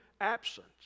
absence